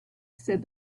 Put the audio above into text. said